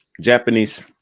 Japanese